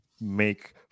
make